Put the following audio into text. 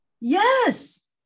Yes